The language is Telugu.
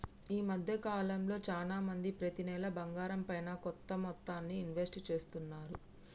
ఈ మద్దె కాలంలో చానా మంది ప్రతి నెలా బంగారంపైన కొంత మొత్తాన్ని ఇన్వెస్ట్ చేస్తున్నారు